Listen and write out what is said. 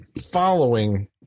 following